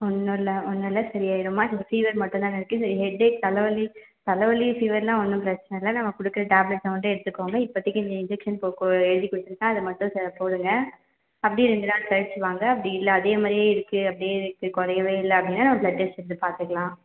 ஒன்னுல்ல ஒன்னுல்ல சரியாயிடும்மா உங்களுக்கு ஃபீவர் மட்டுந்தானே இருக்கு இந்த ஹெட்டேக் தலைவலி தலைவலி ஃபீவர்னா ஒன்றும் பிரச்சனை இல்லை நம்ம கொடுக்குற டேப்லெட்ஸ்ஸை மட்டும் எடுத்துக்கோங்க இப்போதிக்கு இந்த இன்ஜெக்ஷன் போட்டு எழுதிக் கொடுத்துருக்கேன் அதை மட்டும் ச போடுங்கள் அப்படியே ரெண்டு நாள் கழிச்சு வாங்க அப்படி இல்லை அதே மாதிரியே இருக்கு அப்படியே இருக்கு குறையவே இல்லை அப்படின்னா நம்ம ப்ளட் டெஸ்ட் எடுத்து பார்த்துக்கலாம்